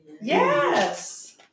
Yes